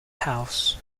house